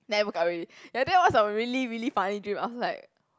then I woke up already ya that was a really really funny dream I was like